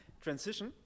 transition